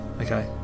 Okay